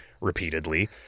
repeatedly